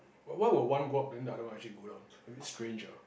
why will one go up then the other one actually go down a bit strange ah